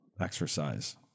exercise